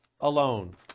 alone